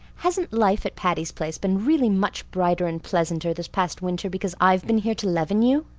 hasn't life at patty's place been really much brighter and pleasanter this past winter because i've been here to leaven you?